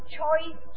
choice